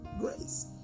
Grace